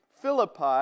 Philippi